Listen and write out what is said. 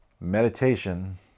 Meditation